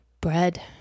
bread